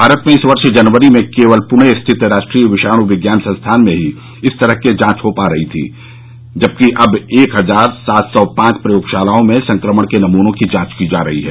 भारत में इस वर्ष जनवरी में केवल पुणे स्थित राष्ट्रीय विषाणु विज्ञान संस्थान में ही इस तरह के जांच हो पा रही थी जबकि अब एक हजार सात सौ पांच प्रयोगशालाओं में संक्रमण के नमूनों की जांच की जा रही है